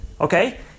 okay